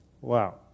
Wow